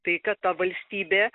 tai kad ta valstybė